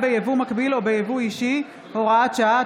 ביבוא מקביל או ביבוא אישי) (הוראת שעה),